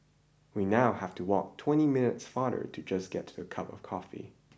we now have to walk twenty minutes farther to just get a cup of coffee